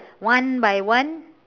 one by one